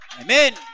Amen